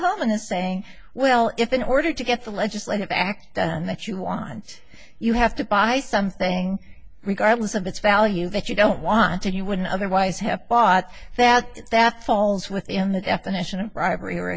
thomas saying well if in order to get the legislative act done that you aren't you have to buy something we guileless of it's value that you don't want and you wouldn't otherwise have thought that that falls within the definition of bribery or